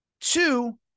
Two